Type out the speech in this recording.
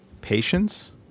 Patience